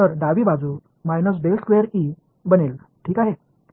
तर डावी बाजू बनेल ठीक आहे